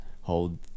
hold